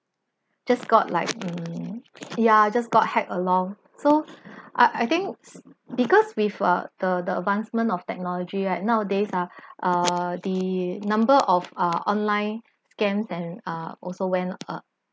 just got like mm ya just got hacked along so I I think because with uh the the advancement of technology right nowadays ah uh the number of uh online scams and are also went up